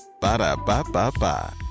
Ba-da-ba-ba-ba